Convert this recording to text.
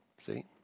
See